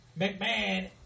McMahon